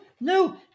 no